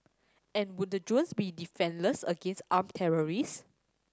and would the drones be defenceless against armed terrorist